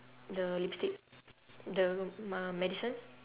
the lipstick the me~ medicine